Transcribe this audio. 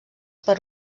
per